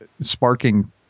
Sparking